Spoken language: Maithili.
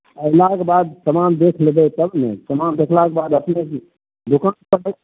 अयलाके बाद समान देख लेबै तब ने समान देखलाके बाद अपने दोकान